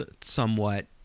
somewhat